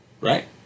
right